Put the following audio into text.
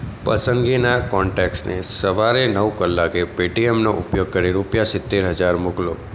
પસંદગીના કૉન્ટૅક્ટસને સવારે નવ કલાકે પે ટી એમનો ઉપયોગ કરી રૂપિયા સિત્તેર હજાર મોકલો